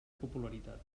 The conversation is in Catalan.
popularitat